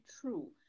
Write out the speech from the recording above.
true